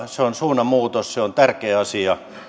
se on suunnanmuutos se on tärkeä asia